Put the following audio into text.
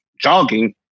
jogging